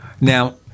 Now